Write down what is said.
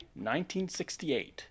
1968